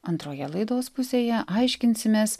antroje laidos pusėje aiškinsimės